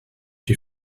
you